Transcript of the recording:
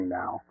now